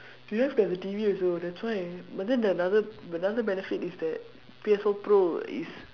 you just get the T_V also that's why but then the another another benefit is that P_S four pro is